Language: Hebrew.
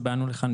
שבאנו לכאן,